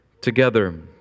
together